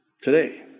Today